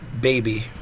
baby